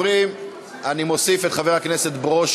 אני קובע כי הצעת חוק המכר (דירות)